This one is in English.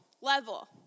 level